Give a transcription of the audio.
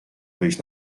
wyjść